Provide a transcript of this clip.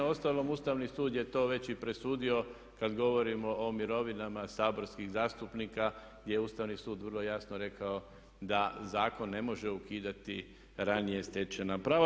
Uostalom Ustavni sud je to već i presudio kad govorimo o mirovinama saborskih zastupnika gdje je Ustavni sud vrlo jasno rekao da zakon ne može ukidati ranije stečena prava.